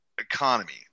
economy